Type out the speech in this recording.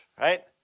right